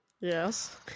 Yes